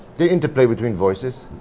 the interplay between voices.